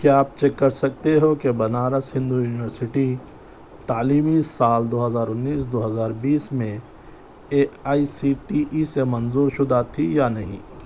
کیا آپ چیک کر سکتے ہو کہ بنارس ہندو یونیورسٹی تعلیمی سال دو ہزار انیس دو ہزار بیس میں A I C T E سے منظور شدہ تھی یا نہیں